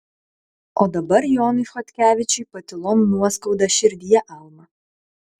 o dabar jonui chodkevičiui patylom nuoskauda širdyje alma